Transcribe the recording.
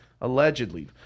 Allegedly